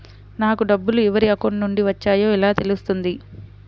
నాకు డబ్బులు ఎవరి అకౌంట్ నుండి వచ్చాయో ఎలా తెలుస్తుంది?